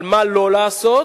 על מה לא לעשות,